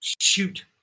shoot